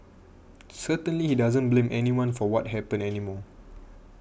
certainly he doesn't blame anyone for what happened anymore